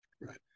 right